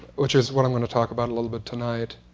which is what i'm going to talk about a little bit tonight,